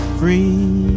free